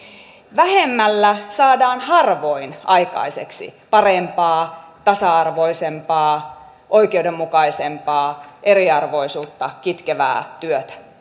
vähemmällä saadaan harvoin aikaiseksi parempaa tasa arvoisempaa oikeudenmukaisempaa eriarvoisuutta kitkevää työtä